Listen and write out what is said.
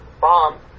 bomb